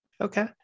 Okay